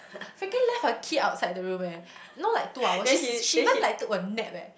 Firqin left her key outside the room eh you know like two hour she's she even like took a nap eh